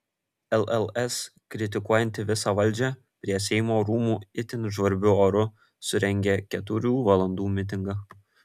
lls kritikuojanti visą valdžią prie seimo rūmų itin žvarbiu oru surengė keturių valandų mitingą